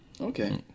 Okay